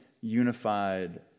unified